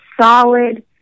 solid